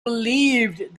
believed